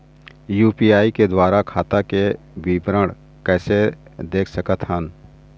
UPI के द्वारा खाता के विवरण कैसे देख सकत हन?